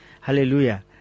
Hallelujah